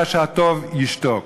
אלא שהטוב ישתוק.